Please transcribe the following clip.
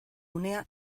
unea